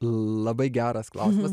labai geras klausimas